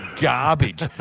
garbage